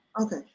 Okay